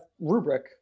rubric